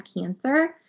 cancer